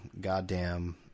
goddamn